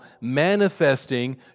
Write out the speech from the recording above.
manifesting